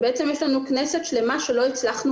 בעצם יש לנו כנסת שלשמה שלא הצלחנו